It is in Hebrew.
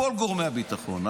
כל גורמי הביטחון,